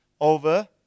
over